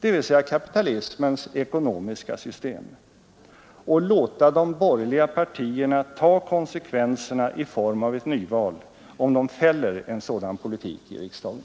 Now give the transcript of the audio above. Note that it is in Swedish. dvs. kapitalismens ekonomiska system, och låta de borgerliga partierna ta konsekvenserna i form av ett nyval, om de fäller en sådan politik i riksdagen.